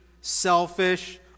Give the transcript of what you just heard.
selfish